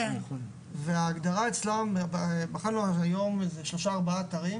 ההגדרה אצלם בחנו היום 4-3 אתרים